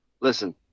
Listen